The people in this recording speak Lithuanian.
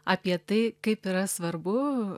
apie tai kaip yra svarbu